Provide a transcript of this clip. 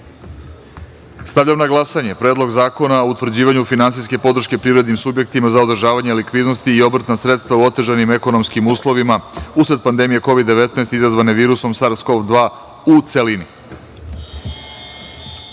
na glasanje Predlog zakona o utvrđivanju finansijske podrške privrednim subjektima za održavanje likvidnosti i obrtna sredstva u otežanim ekonomskim uslovima usled pandemije Kovid-19 izazvane virusom SARS-CoV-2, u